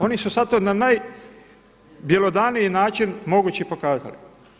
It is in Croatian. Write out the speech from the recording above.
Oni su sad to na najbjelodaniji način mogući pokazali.